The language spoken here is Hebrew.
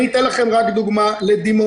אציג לכם רק דוגמה לדימונה.